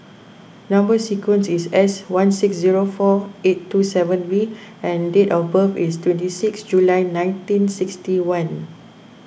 Number Sequence is S one six zero four eight two seven V and date of birth is twenty six July nineteen sixty one